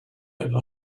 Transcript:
have